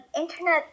internet